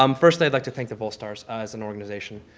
um first, i'd like to thank the vol stars as an organization.